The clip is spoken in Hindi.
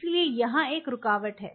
इसलिए यहां एक रुकावट है